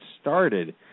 started